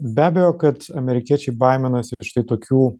be abejo kad amerikiečiai baiminasi štai tokių